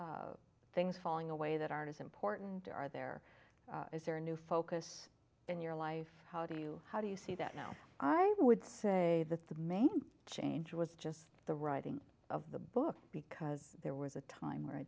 of things falling away that aren't as important or are there is there a new focus in your life how do you how do you see that now i would say that the main change was just the writing of the book because there was a time where i